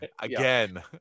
again